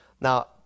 Now